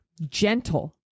gentle